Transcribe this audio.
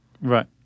Right